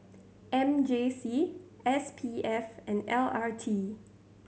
M J C S P F and L R T